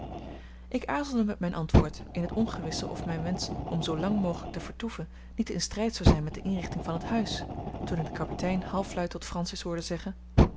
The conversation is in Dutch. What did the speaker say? ik aarzelde met mijn antwoord in t ongewisse of mijn wensch om zoolang mogelijk te vertoeven niet in strijd zou zijn met de inrichting van het huis toen ik den kapitein halfluid tot francis hoorde zeggen